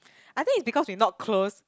I think is because we not close